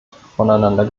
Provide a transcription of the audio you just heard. voneinander